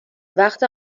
وقت